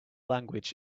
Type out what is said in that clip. language